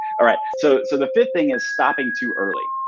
all right. so so the fifth thing is stopping too early,